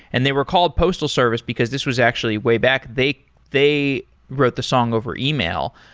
and they were called postal service because this was actually way back. they they wrote the song over email.